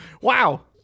Wow